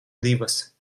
divas